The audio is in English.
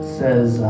says